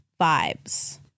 vibes